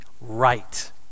right